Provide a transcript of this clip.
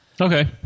Okay